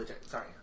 Sorry